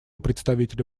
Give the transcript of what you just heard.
представителя